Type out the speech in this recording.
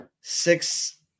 six